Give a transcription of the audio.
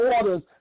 orders